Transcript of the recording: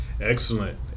Excellent